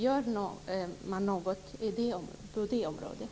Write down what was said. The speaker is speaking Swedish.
Gör man något på det området?